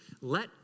Let